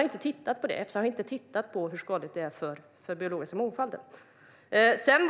inte tittat på det tidigare. Efsa har inte tittat på hur skadliga de ämnena är för den biologiska mångfalden.